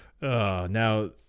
Now